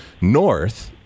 north